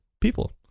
people